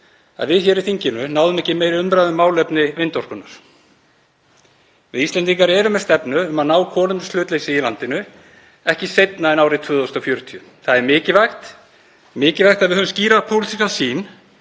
að við hér í þinginu náðum ekki meiri umræðu um málefni vindorkunnar. Við Íslendingar erum með stefnu um að ná kolefnishlutleysi í landinu ekki seinna en árið 2040. Það er mikilvægt að við höfum skýra pólitíska sýn,